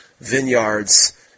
vineyards